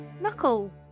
knuckle